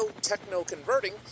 techno-converting